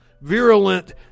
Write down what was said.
virulent